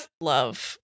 love